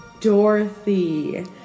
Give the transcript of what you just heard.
Dorothy